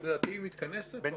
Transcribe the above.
לדעתי, היא מתכנסת.